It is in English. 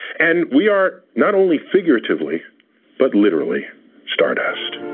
and we are not only figuratively but literally stardust.